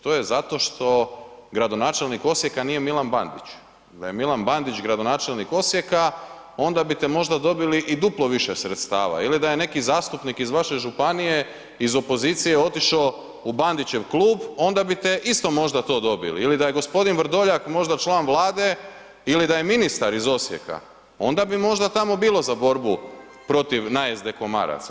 To je zato što gradonačelnik Osijeka nije Milan Bandić, da je Milan Bandić gradonačelnik Osijeka, onda biste možda dobili i duplo više sredstava ili da je neki zastupnik iz vaše županije, iz opozicije otišao u Bandićev klub, onda biste isto možda to dobili ili da je g. Vrdoljak možda član Vlade ili da je ministar iz Osijeka, onda bi možda tamo bilo za borbu protiv najezde komaraca.